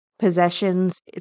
possessions